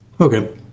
Okay